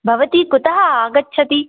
भवती कुतः आगच्छति